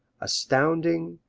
astounding,